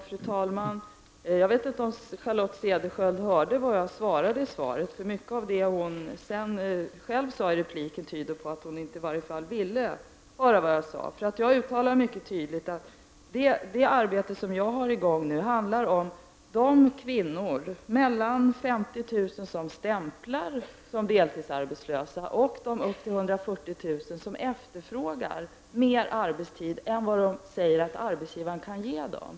Fru talman! Jag vet inte om Charlotte Cederschiöld hörde vad jag sade i svaret. Mycket av det hon själv sade i repliken tyder på att hon i varje fall inte ville höra vad jag sade. Jag uttalade mycket tydligt att det arbete som jag har i gång handlar om de ca 50 000 kvinnor som stämplar som deltidsarbetslösa och de upp till 140 000 kvinnor som efterfrågar mer arbetstid än vad de säger att arbetsgivaren kan ge dem.